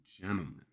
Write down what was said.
gentlemen